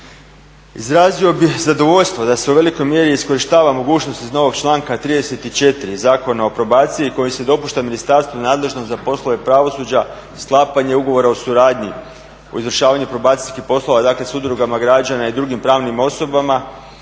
Izrazio bih zadovoljstvo da se u velikoj mjeri iskorištava mogućnost iz novog članka 34. Zakona o probaciji koji se dopušta ministarstvu nadležnom za poslove pravosuđa sklapanje ugovora o suradnji u izvršavanju probacijskih poslova, dakle sa udrugama građana i drugim pravnim osobama